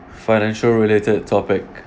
financial related topic